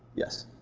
yes,